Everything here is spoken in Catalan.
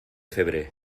febrer